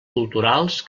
culturals